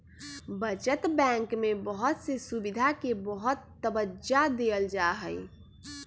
बचत बैंक में बहुत से सुविधा के बहुत तबज्जा देयल जाहई